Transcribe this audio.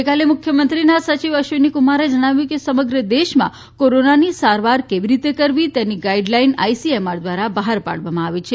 ગઇકાલે મુખ્યમંત્રીના સચિવ અશ્વિની કુમારે જણાવ્યું છેકે સમગ્ર દેશમાં કોરોનાની સારવાર કેવી રીતે કરવી તેની ગાઇડલાઈન આઇસીએમઆર દ્વારા બહાર પાડવામાં આવે છે